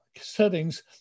settings